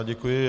Děkuji.